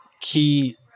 key